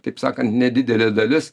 taip sakant nedidelė dalis